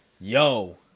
Yo